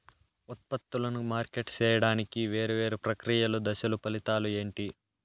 ఉత్పత్తులను మార్కెట్ సేయడానికి వేరువేరు ప్రక్రియలు దశలు ఫలితాలు ఏంటి?